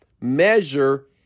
measure